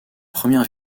première